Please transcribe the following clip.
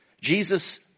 Jesus